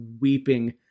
weeping